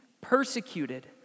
persecuted